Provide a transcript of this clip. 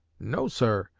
no, sir!